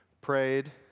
prayed